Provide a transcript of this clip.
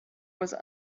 was